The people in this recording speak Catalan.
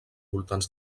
voltants